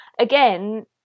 again